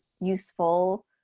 useful